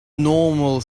normal